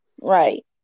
right